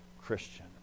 Christian